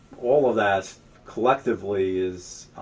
all of that collectively is,